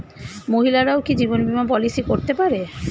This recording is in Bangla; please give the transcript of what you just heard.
মহিলারাও কি জীবন বীমা পলিসি করতে পারে?